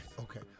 okay